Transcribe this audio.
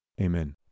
Amen